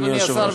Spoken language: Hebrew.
אדוני השר,